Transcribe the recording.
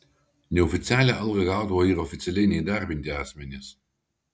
neoficialią algą gaudavo ir oficialiai neįdarbinti asmenys